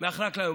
מאחורי הקלעים.